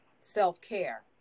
self-care